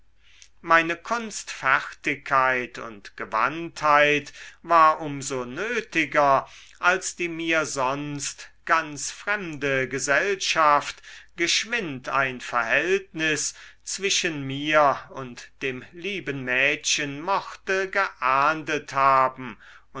meine kunstfertigkeit und gewandtheit war um so nötiger als die mir sonst ganz fremde gesellschaft geschwind ein verhältnis zwischen mir und dem lieben mädchen mochte geahndet haben